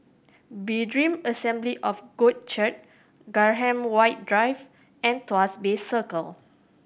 Berean Assembly of God Church Graham White Drive and Tuas Bay Circle